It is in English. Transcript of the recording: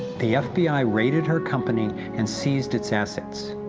the fbi raided her company and seized its assets.